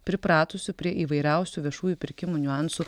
pripratusių prie įvairiausių viešųjų pirkimų niuansų